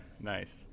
nice